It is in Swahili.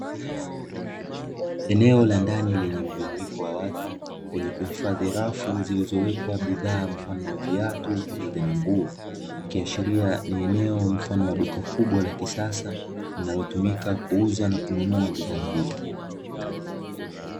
Eneo la ndani lenye mjumuiko wa watu, lenye kuhifadhi rafu zilizowekwa bidhaa mfano wa viatu pamoja na nguo. Ikiashiria ni eneo mfano wa duka kubwa la kisasa, linalotumika kuuza na kununua bidhaa hizo.